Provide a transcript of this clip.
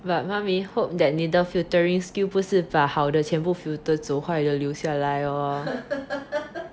but mummy hope that 你的 filtering skill 不是把好的全部 filter 走坏的留下来 orh